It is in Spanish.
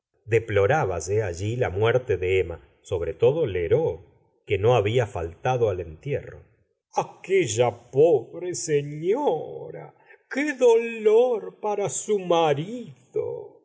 señora de bovary plorábase alli la muerte de emma sobre todo lheureux que no habia faltado al entierro aquella pobre seiíora qué dolor para su marido